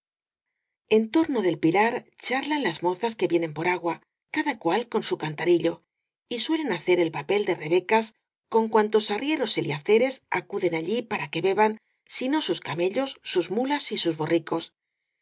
en torno del pilar charlan las mozas que vienen por agua cada cual con su cantando y suelen ha cer el papel de rebecas con cuantos arrieros eliaceres acuden allí para que beban si no sus came llos sus muías y sus borricos